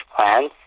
plan